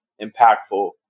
impactful